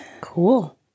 Cool